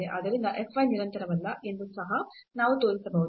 ಆದ್ದರಿಂದ f y ನಿರಂತರವಲ್ಲ ಎಂದು ಸಹ ನಾವು ತೋರಿಸಬಹುದು